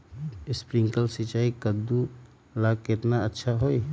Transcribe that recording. Sprinkler सिंचाई कददु ला केतना अच्छा होई?